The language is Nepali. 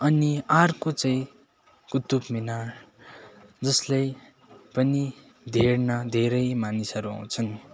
अनि अर्को चाहिँ कुतुब मिनार जसले पनि धेर न धेरै मानिसहरू आउँछन्